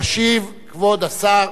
ישיב כבוד השר